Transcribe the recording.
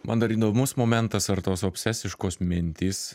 man dar įdomus momentas ar tos obsesiškos mintys